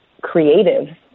creative